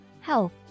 health